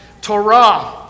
Torah